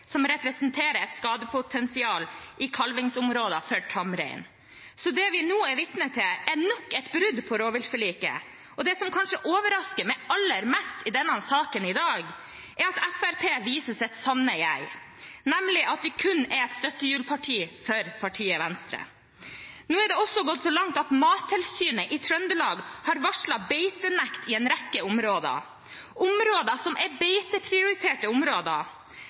som representerer et skadepotensial, i kalvingsområder for tamrein, så det vi nå er vitne til, er nok et brudd på rovviltforliket. Det som kanskje overrasker meg aller mest i denne saken i dag, er at Fremskrittspartiet viser sitt sanne jeg, nemlig at de kun er et støttehjulparti for partiet Venstre. Nå har det også gått så langt at Mattilsynet i Trøndelag har varslet beitenekt i en rekke områder, områder som er beiteprioriterte områder.